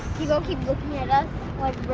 people keep looking at us like